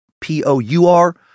P-O-U-R